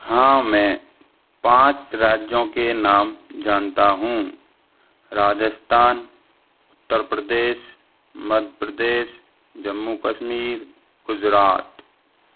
हाँ मैं पाँच राज्यों के नाम जानता हूँ राजस्थान उत्तर प्रदेश मध्य प्रदेश जम्मू कश्मीर गुजरात